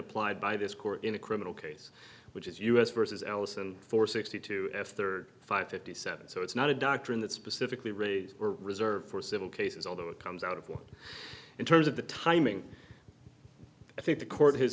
applied by this court in a criminal case which is us versus allison for sixty two f thirty five fifty seven so it's not a doctrine that specifically raised or reserved for civil cases although it comes out of one in terms of the timing i think the court has